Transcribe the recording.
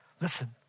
Listen